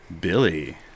Billy